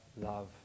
love